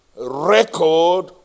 record